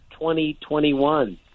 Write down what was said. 2021